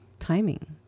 timing